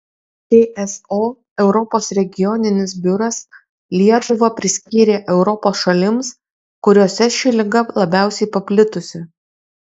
pso europos regioninis biuras lietuvą priskyrė europos šalims kuriose ši liga labiausiai paplitusi